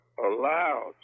allowed